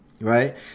right